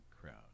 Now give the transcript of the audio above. crowd